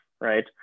right